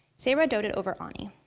sayra doted over anie.